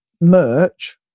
merch